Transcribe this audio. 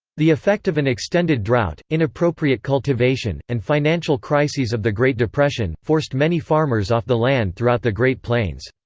the effect of an extended drought, inappropriate cultivation, and financial crises of the great depression, forced many farmers off the land throughout the great plains.